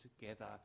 together